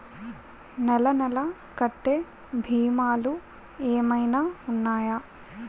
నెల నెల కట్టే భీమాలు ఏమైనా ఉన్నాయా?